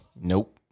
Nope